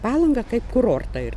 palangą kaip kurortą ir